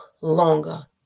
longer